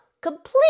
complete